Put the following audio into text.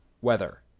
weather